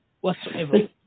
whatsoever